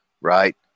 Right